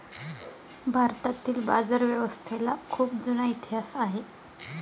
भारतातील बाजारव्यवस्थेला खूप जुना इतिहास आहे